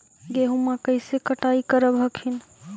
गेहुमा कैसे कटाई करब हखिन?